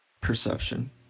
perception